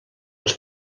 els